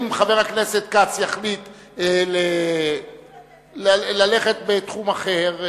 אם חבר הכנסת כץ יחליט ללכת לעסוק בתחום אחר,